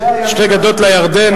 זה הימין האמיתי.